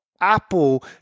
Apple